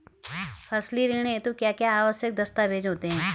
फसली ऋण हेतु क्या क्या आवश्यक दस्तावेज़ होते हैं?